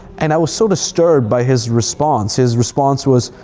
and i was so disturbed by his response. his response was,